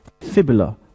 fibula